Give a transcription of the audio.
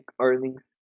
earnings